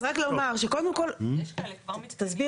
כאן אני מדבר